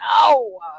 No